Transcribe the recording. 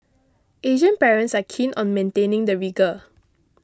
Asian parents are keen on maintaining the rigour